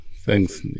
thanks